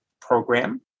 Program